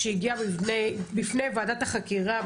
שהגיע בפני וועדת החקירה,